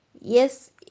yes